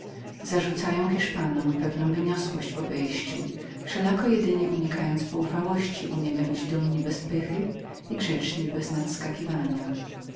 zarzucają hiszpanom pewną obojętność w obejściu wszelako tylko unikając poufałości umiemy być dumni bez pychy i grzeczni bez nadskakiwania